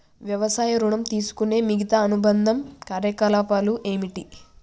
వ్యవసాయ ఋణం తీసుకునే మిగితా అనుబంధ కార్యకలాపాలు ఏమిటి?